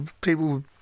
People